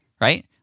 right